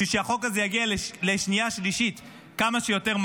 כדי שהחוק הזה יגיע לשנייה-שלישית כמה שיותר מהר.